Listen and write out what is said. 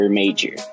major